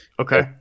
Okay